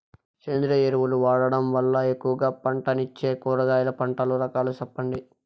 సేంద్రియ ఎరువులు వాడడం వల్ల ఎక్కువగా పంటనిచ్చే కూరగాయల పంటల రకాలు సెప్పండి?